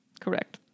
Correct